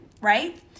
Right